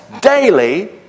daily